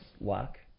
luck